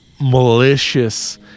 malicious